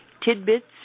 tidbits